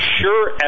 Sure